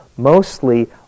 Mostly